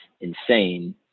insane